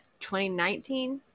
2019